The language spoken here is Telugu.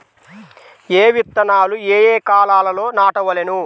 ఏ విత్తనాలు ఏ కాలాలలో నాటవలెను?